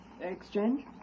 Exchange